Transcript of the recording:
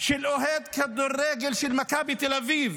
של אוהד כדורגל של מכבי תל אביב